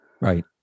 Right